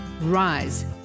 Rise